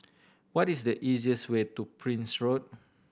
what is the easiest way to Prince Road